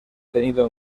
tenido